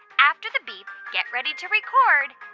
after the beep, get ready to record